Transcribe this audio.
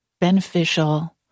beneficial